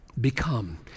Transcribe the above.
become